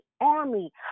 army